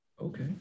Okay